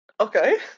Okay